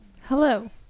Hello